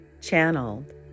channeled